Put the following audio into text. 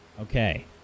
Okay